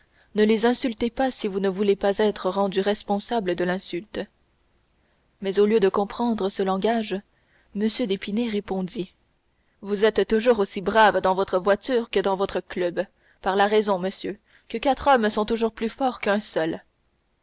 ne les insultez pas si vous ne voulez pas être rendu responsable de l'insulte mais au lieu de comprendre ce langage m d'épinay répondit vous êtes toujours aussi brave dans votre voiture que dans votre club par la raison monsieur que quatre hommes sont toujours plus forts qu'un seul